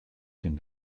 den